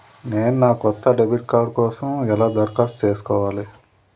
నేను నా కొత్త డెబిట్ కార్డ్ కోసం ఎలా దరఖాస్తు చేసుకోవాలి?